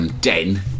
den